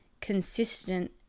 consistent